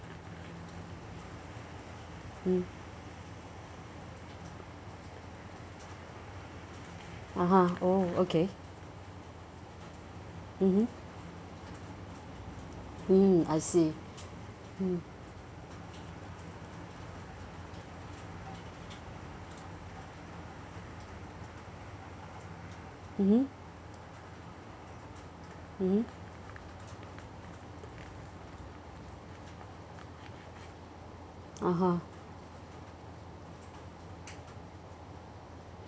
mm (uh huh) oh okay mmhmm hmm I see mm mmhmm mmhmm (uh huh)